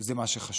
זה מה שחשוב.